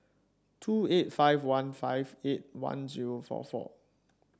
two eight five one five eight one zero four four